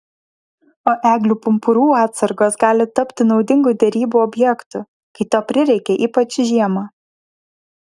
o eglių pumpurų atsargos gali tapti naudingu derybų objektu kai to prireikia ypač žiemą